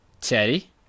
Teddy